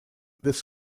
this